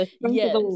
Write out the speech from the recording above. Yes